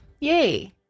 Yay